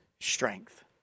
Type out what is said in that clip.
strength